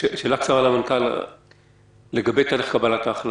שאלה קצרה למנכ"ל לגבי דרך קבלת ההחלטות.